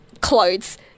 clothes